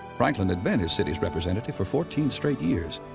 franklin had been his city's representative for fourteen straight years,